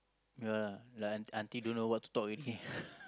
ya lah like auntie auntie don't know what to talk already